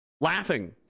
Laughing